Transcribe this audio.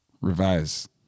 revise